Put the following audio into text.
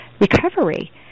recovery